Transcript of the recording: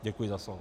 Děkuju za slovo.